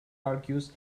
argues